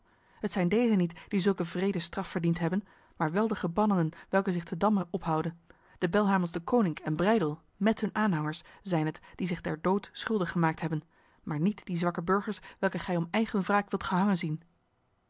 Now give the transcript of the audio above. het zijn deze niet die zulke wrede straf verdiend hebben maar wel de gebannenen welke zich te damme ophouden de belhamels deconinck en breydel met hun aanhangers zijn het die zich der dood schuldig gemaakt hebben maar niet die zwakke burgers welke gij om eigen wraak wilt gehangen zien